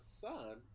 son